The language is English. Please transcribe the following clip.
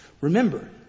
Remember